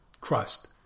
crust